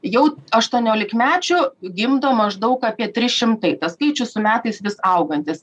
jau aštuoniolikmečių gimdo maždaug apie trys šimtai tas skaičius su metais vis augantis